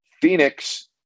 Phoenix